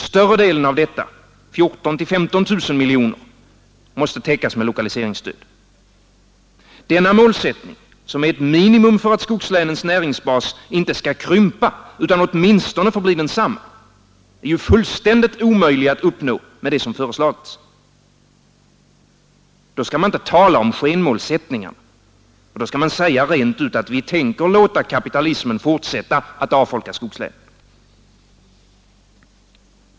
Större delen av dessa 14 000—15 000 miljoner måste täckas med lokaliseringsstöd. Denna målsättning, som är ett minimum för att skogslänens näringsbas inte skall krympa utan åtminstone skall förbli densamma, är ju fullständigt omöjlig att uppnå med det som föreslagits. Då skall man inte tala om skenmålsättningar. Då skall man säga rent ut att vi tänker låta kapitalismen fortsätta att avfolka skogslänen.